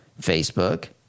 Facebook